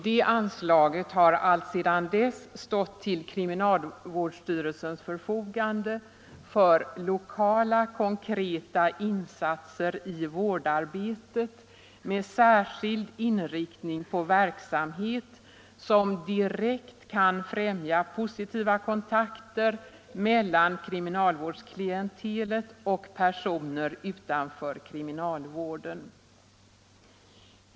Det anslaget har alltsedan dess stått till kriminalvårdsstyrelsens förfogande för lokala konkreta insatser i vårdarbetet med särskild inriktning på verksamhet som direkt kan främja positiva kontakter mellan kriminalvårdsklientelet och personer utanför kriminalvården.